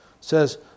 says